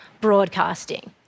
broadcasting